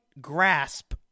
grasp